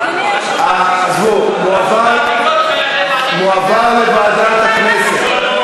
אדוני היושב-ראש, עזבו, יועבר לוועדת הכנסת.